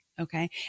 Okay